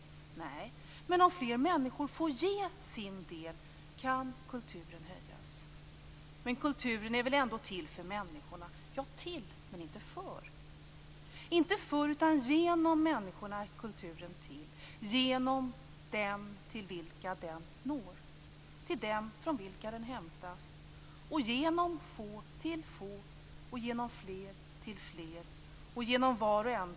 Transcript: Nej men om fler människor får ge sin del, kan kulturen höjas. - Men kulturen är väl ändå till för människorna? - Jo till men inte för. - Inte för utan genom människorna är kulturen till. - Genom dem till vilka den når. - Till dem från vilka den hämtas.